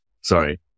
Sorry